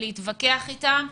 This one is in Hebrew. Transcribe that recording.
להתווכח אתם,